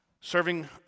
Serving